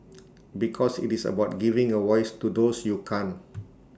because IT is about giving A voice to those you can't